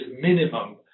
minimum